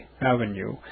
Avenue